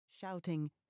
shouting